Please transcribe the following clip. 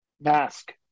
mask